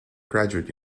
graduate